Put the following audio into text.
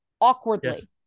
Awkwardly